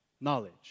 knowledge